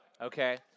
Okay